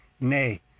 Nay